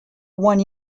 one